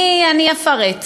אני אפרט.